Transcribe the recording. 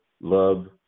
love